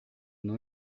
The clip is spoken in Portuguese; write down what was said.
não